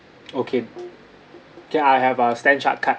okay okay I have a Standard Chartered card